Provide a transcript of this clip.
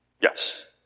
Yes